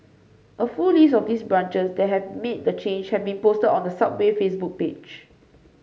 a full list of these branches that have made the change has been posted on the Subway Facebook page